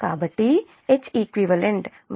కాబట్టి Heqవాస్తవానికిG1 H1 G2 H2